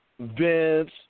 Vince